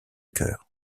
chœurs